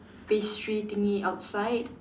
pastry thingy outside